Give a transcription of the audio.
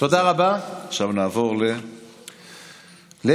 אבל אתה רוצה שאנחנו נבדוק כמה פעמים הם